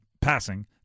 passing